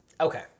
Okay